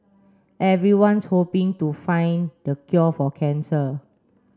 everyone's hoping to find the cure for cancer